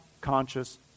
conscious